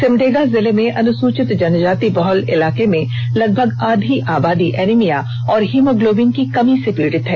सिमडेगा जिले में अनुसूचित जनजाति बहुल इलाके में लगभग आधी आबादी एनीमिया और हीमोग्लोबिन की कमी से पीड़ित हैं